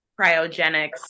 cryogenics